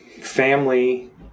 family